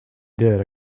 did